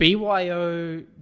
BYO